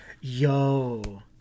Yo